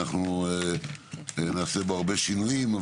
אנחנו נעשה הרבה שינויים,